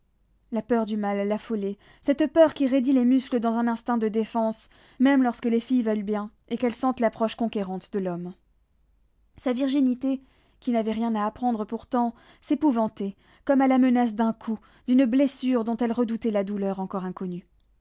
la peur du mâle l'affolait cette peur qui raidit les muscles dans un instinct de défense même lorsque les filles veulent bien et qu'elles sentent l'approche conquérante de l'homme sa virginité qui n'avait rien à apprendre pourtant s'épouvantait comme à la menace d'un coup d'une blessure dont elle redoutait la douleur encore inconnue